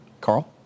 Carl